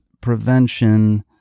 prevention